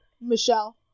Michelle